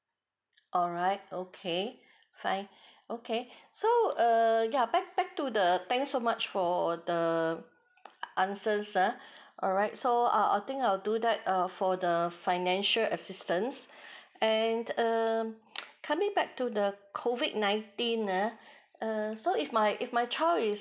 alright okay fine okay so err ya back back to the thanks so much for the answer ha alright so I'll I think I'll do that err for the financial assistance and the err coming back to the COVID nineteen err err so if my if my child is